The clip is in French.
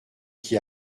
qui